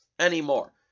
anymore